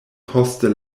poste